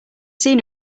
seen